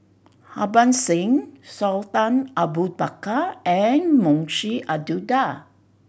Harbans Singh Sultan Abu Bakar and Munshi Abdullah